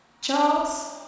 Charles